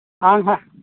आंहा